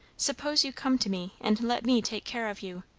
suppose you come to me and let me take care of you.